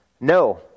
No